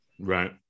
right